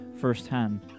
firsthand